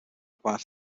require